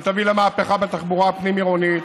שתביא למהפכה בתחבורה הפנים עירונית,